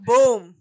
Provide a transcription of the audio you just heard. Boom